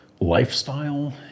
lifestyle